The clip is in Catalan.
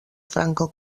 franco